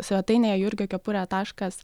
svetainėje jurgio kepurė taškas